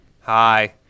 Hi